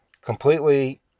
completely